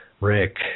Rick